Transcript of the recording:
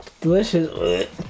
Delicious